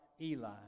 eli